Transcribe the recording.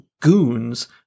Goons